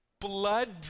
Blood